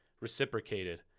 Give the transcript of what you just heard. reciprocated